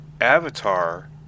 Avatar